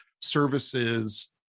services